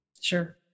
Sure